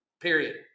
Period